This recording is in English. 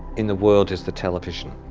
in the world is the television.